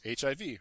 HIV